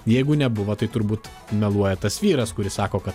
jeigu nebuvo tai turbūt meluoja tas vyras kuris sako kad